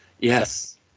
Yes